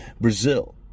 Brazil